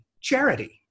charity